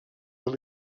del